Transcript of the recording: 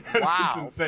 Wow